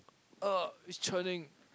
!uh! it's churning